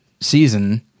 season –